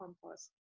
compost